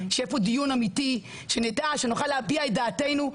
שיהיה פה דיון אמיתי, שנדע, שנוכל להביע דעתנו.